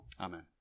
amen